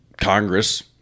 Congress